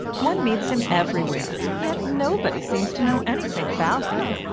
one meets him everywhere, yet nobody seems to know anything about him.